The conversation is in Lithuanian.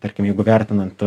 tarkim jeigu vertinant